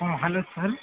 ହଁ hello sir